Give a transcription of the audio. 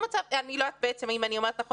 אני לא יודעת אם אני אומרת נכון,